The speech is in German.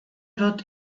wird